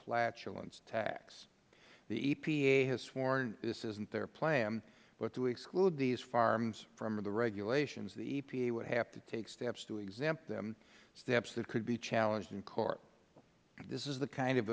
flatulence tax the epa has sworn this isn't their plan but to exclude these farms from the regulations the epa would have to take steps to exempt them steps that could be challenged in court this is the kind of